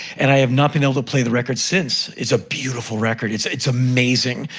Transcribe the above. and i have not been able to play the record since. it's a beautiful record. it's it's amazing!